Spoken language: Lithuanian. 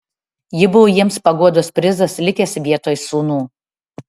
ji buvo jiems paguodos prizas likęs vietoj sūnų